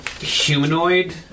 humanoid